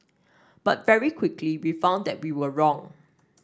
but very quickly we found that we were wrong